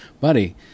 buddy